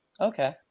okay